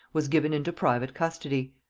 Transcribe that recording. was given into private custody.